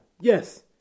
Yes